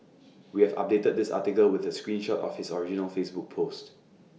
we have updated this article with A screen shot of his original Facebook post